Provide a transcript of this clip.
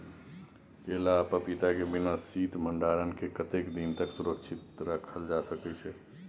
केला आ पपीता के बिना शीत भंडारण के कतेक दिन तक सुरक्षित रखल जा सकै छै?